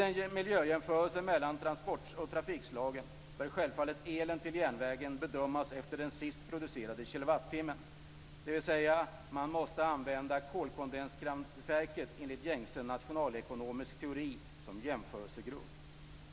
Vid miljöjämförelser mellan de olika trafikslagen bör självfallet elen till järnvägen bedömas efter den sist producerade kilowattimmen, dvs. att man måste använda kolkondenskraftverk enligt gängse nationalekonomisk teori som jämförelsegrund.